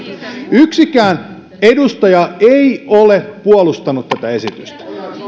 yksikään edustaja ei ole puolustanut tätä esitystä